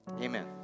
Amen